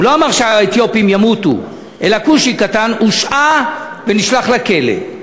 הוא לא אמר שהאתיופים ימותו אלא "כושי קטן" הושעה ונשלח לכלא.